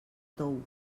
tou